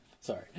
Sorry